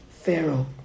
Pharaoh